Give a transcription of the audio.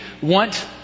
want